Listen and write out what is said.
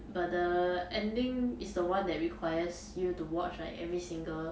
but the ending is the one that requires you to watch like every single